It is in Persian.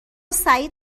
سعید